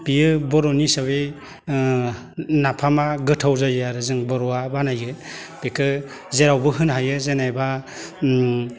बेयो बर'नि हिसाबै नाफामा गोथाव जायो आरो जों बर'आ बानायो बेखौ जेरावबो होनो हायो जेनेबा